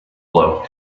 blow